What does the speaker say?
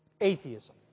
atheism